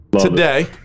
Today